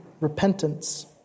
repentance